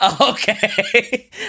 Okay